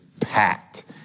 packed